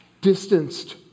distanced